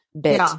bit